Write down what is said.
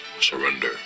surrender